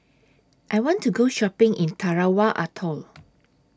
I want to Go Shopping in Tarawa Atoll